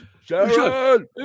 Sharon